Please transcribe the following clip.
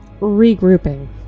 regrouping